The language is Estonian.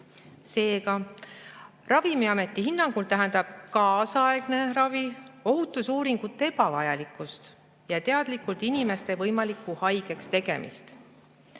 Seega, Ravimiameti hinnangul tähendab kaasaegne ravi ohutusuuringute ebavajalikkust ja teadlikult inimeste võimalikku haigeks tegemist.